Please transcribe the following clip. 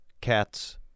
cats